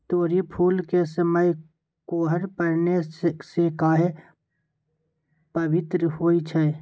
तोरी फुल के समय कोहर पड़ने से काहे पभवित होई छई?